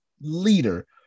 leader